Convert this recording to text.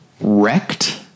wrecked